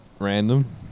Random